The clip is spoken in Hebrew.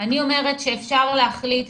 אני אומרת שאפשר להחליט.